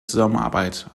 zusammenarbeit